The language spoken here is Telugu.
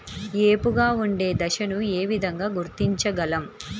ఏపుగా ఉండే దశను ఏ విధంగా గుర్తించగలం?